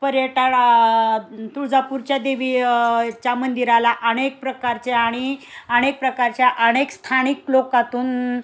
पर्यटळा तुळजापूरच्या देवी च्या मंदिराला अनेक प्रकारच्या आणि अनेक प्रकारच्या अनेक स्थानिक लोकातून